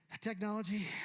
Technology